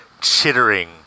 chittering